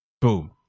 boom